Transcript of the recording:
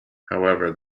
however